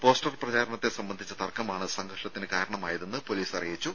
poster പ്രചരണത്തെ സംബന്ധിച്ച തർക്കമാണ് സംഘർഷത്തിന് കാരണമായതെന്ന് പൊലീസ് അറിയിച്ചു